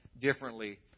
differently